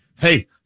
Hey